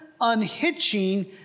unhitching